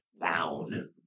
down